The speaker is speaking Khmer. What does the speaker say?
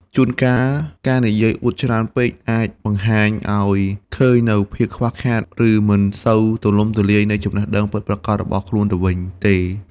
ជួនកាល ការនិយាយអួតច្រើនពេកអាចបង្ហាញឱ្យឃើញនូវភាពខ្វះខាត ឬមិនសូវទូលំទូលាយនៃចំណេះដឹងពិតប្រាកដរបស់ខ្លួនទៅវិញទេ។